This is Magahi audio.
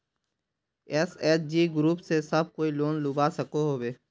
एस.एच.जी ग्रूप से सब कोई लोन लुबा सकोहो होबे?